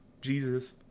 Jesus